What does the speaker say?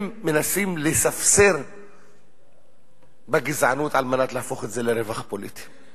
הם מנסים לספסר בגזענות על מנת להפוך את זה לרווח פוליטי.